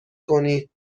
کنید